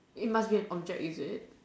it must be a object is it